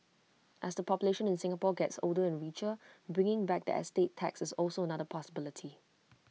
as the population in Singapore gets older and richer bringing back the estate tax is also another possibility